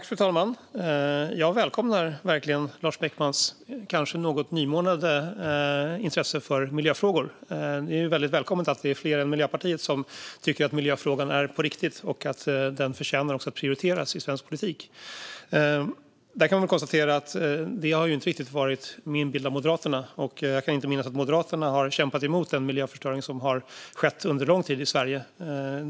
Fru talman! Jag välkomnar verkligen Lars Beckmans kanske något nymornade intresse för miljöfrågor. Det är välkommet att det är fler än Miljöpartiet som tycker att miljöfrågan är på riktigt och att den förtjänar att prioriteras i svensk politik. Det har inte riktigt varit min minnesbild att Moderaterna har kämpat emot den miljöförstöring som har pågått under lång tid i Sverige.